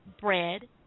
bread